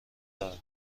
دارم